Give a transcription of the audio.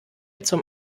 zum